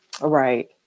Right